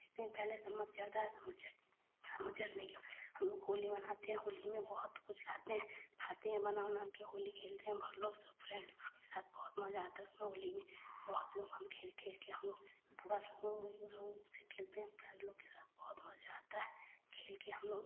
एक दिन पहले सम्मत जरता है सम्मत जर सम्मत जरने के हमलोग होली मनाते हैं होली में बहुत ख़ुश रहते हैं खाते हैं बना उनाकर होली खेलते हैं भर लोग सब फ्रेण्ड सब बहुत मज़ा आता है उसमें होली में बहुत लोग हम खेल खेलकर हमलोग पूरा रंग उन्ग रंग उन्ग से खेलते हैं फ्रेण्ड लोग के साथ बहुत मज़ा आता है खेलकर हमलोग